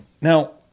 Now